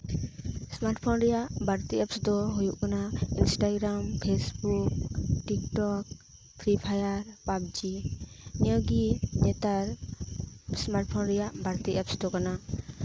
smart phone ᱨᱮᱭᱟᱜ ᱵᱟᱹᱲᱛᱤ apps ᱫᱚ ᱦᱩᱭᱩᱜ ᱠᱟᱱᱟ Instagram Facebook TikTok free fire PUBG ᱱᱤᱭᱟᱹ ᱜᱮ ᱱᱮᱛᱟᱨ ᱥᱢᱟᱨᱴ ᱯᱷᱳᱱ ᱨᱮᱭᱟᱜ ᱵᱟ ᱲᱛᱤ ᱮᱯᱥ ᱫᱚ ᱠᱟᱱᱟ